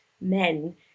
men